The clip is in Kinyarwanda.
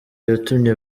yatumye